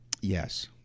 Yes